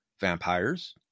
vampires